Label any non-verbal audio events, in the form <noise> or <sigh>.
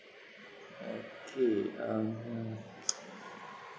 okay um hang on ah <noise>